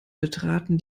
betraten